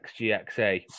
XGXA